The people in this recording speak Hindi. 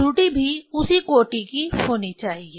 त्रुटि भी उसी कोटि की होनी चाहिए